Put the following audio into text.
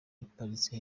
iparitse